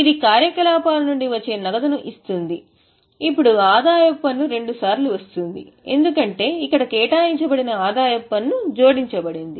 ఇది కార్యకలాపాల నుండి వచ్చే నగదును ఇస్తుంది ఇప్పుడు ఆదాయపు పన్ను రెండుసార్లు వస్తుంది ఎందుకంటే ఇక్కడ కేటాయించబడిన ఆదాయపు పన్ను జోడించబడింది